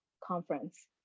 conference